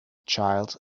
child